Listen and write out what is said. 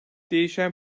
değişen